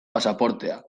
pasaportea